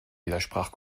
widersprach